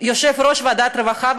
יושב-ראש ועדת הרווחה,